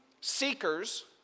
seekers